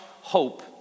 hope